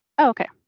Okay